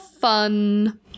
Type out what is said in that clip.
fun